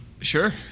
Sure